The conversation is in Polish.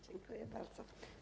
Dziękuję bardzo.